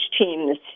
teams